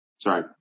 Sorry